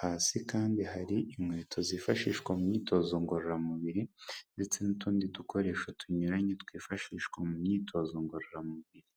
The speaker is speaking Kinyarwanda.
hasi kandi hari inkweto zifashishwa mu myitozo ngororamubiri ndetse n'utundi dukoresho tunyuranye twifashishwa mu myitozo ngororamubiri.